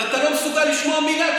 ואתה לא מסוגל לשמוע מילה,